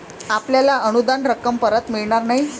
आपल्याला अनुदान रक्कम परत मिळणार नाही